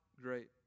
great